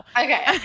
okay